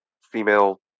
female